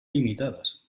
limitadas